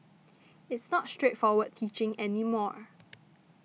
it's not straightforward teaching any more